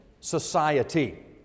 society